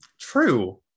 true